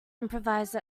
improvise